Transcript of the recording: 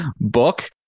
book